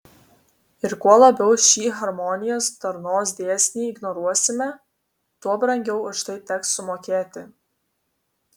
ir kuo labiau šį harmonijos darnos dėsnį ignoruosime tuo brangiau už tai teks sumokėti